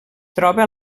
troba